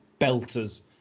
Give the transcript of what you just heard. belters